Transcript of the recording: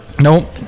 nope